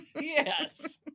Yes